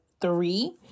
three